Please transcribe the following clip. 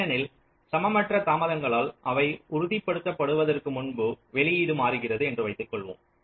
ஏனெனில் சமமற்ற தாமதங்களால் அவை உறுதிப்படுத்தப்படுவதற்கு முன்பு வெளியீடு மாறுகிறது என்று வைத்துக்கொள்வோம்